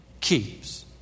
keeps